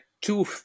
two